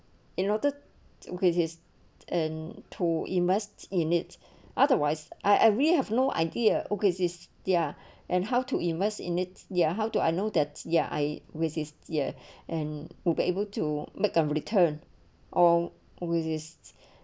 it noted okay his and to invest in its otherwise I I really have no idea okay is their and how to invest in its ya how to I know that ya I with his ya and will be able to make a return or resists